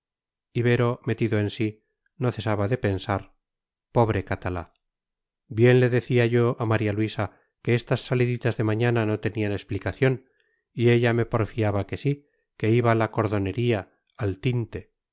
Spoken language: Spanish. ibero metido en sí no cesaba de pensar pobre catalá bien le decía yo a maría luisa que estas saliditas de mañana no tenían explicación y ella me porfiaba que sí que iba a la cordonería al tinte